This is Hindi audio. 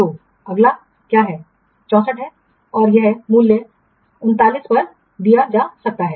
तो अगला क्या 64 है और यह मूल्य उनतालीस पर दिया जा सकता है